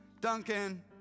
Duncan